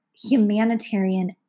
humanitarian